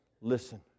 listen